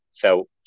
felt